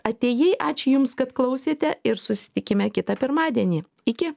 atėjai ačiū jums kad klausėte ir susitikime kitą pirmadienį iki